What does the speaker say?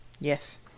Yes